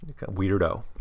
weirdo